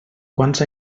quants